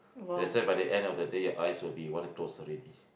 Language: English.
that's why by the end of the day your eyes will be wanna close already